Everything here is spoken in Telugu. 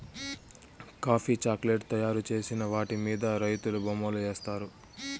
కాఫీ చాక్లేట్ తయారు చేసిన వాటి మీద రైతులు బొమ్మలు ఏత్తారు